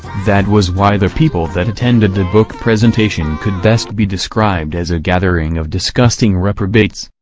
that was why the people that attended the book presentation could best be described as a gathering of disgusting reprobates.